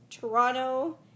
Toronto